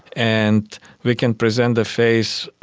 and we can present the face,